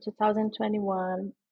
2021